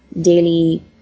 daily